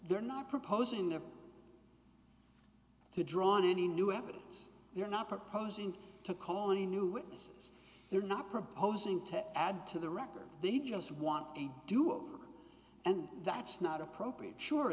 they're not proposing there to draw any new evidence they're not proposing to call any new witnesses they're not proposing to add to the record they just want a do over and that's not appropriate sure